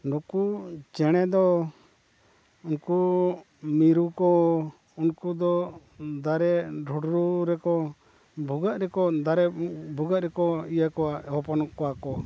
ᱱᱩᱠᱩ ᱪᱮᱬᱮ ᱫᱚ ᱩᱱᱠᱩ ᱢᱤᱨᱩ ᱠᱚ ᱩᱱᱠᱩ ᱫᱚ ᱫᱟᱨᱮ ᱰᱷᱚᱸᱰᱚᱨ ᱨᱮᱠᱚ ᱵᱷᱩᱜᱟᱹᱜ ᱨᱮᱠᱚ ᱫᱟᱨᱮ ᱵᱷᱩᱜᱟᱹᱜ ᱨᱮᱠᱚ ᱤᱭᱟᱹ ᱠᱚᱣᱟ ᱦᱚᱯᱚᱱ ᱠᱚᱣᱟ ᱠᱚ